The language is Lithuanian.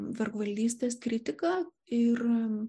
vergvaldystės kritika ir